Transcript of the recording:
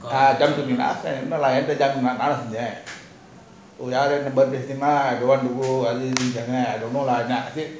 ah come to me நான் சொன்னான்:aan sonnan I dont want to go